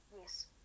Yes